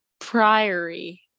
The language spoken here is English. Priory